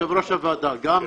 יושב-ראש הוועדה, גם